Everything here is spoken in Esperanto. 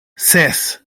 ses